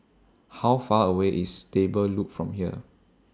How Far away IS Stable Loop from here